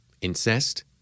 Incest